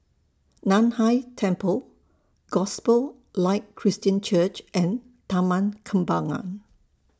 NAN Hai Temple Gospel Light Christian Church and Taman Kembangan